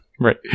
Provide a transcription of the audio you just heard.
Right